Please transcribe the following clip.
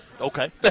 Okay